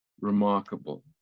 remarkable